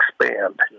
expand